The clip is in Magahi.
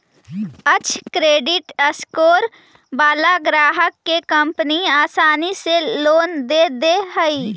अक्षय क्रेडिट स्कोर वाला ग्राहक के कंपनी आसानी से लोन दे दे हइ